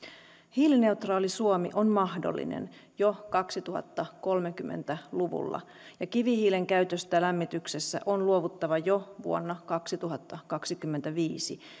hiilineutraali suomi on mahdollinen jo kaksituhattakolmekymmentä luvulla ja kivihiilen käytöstä lämmityksessä on luovuttava jo vuonna kaksituhattakaksikymmentäviisi